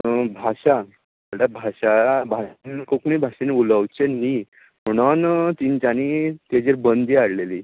भाशा म्हणल्यार भाशा भाशेन तेणी कोंकणी भाशेन उलोवचे न्ही म्हणून तेंच्यानी तेजेर बंदी हाडिल्ली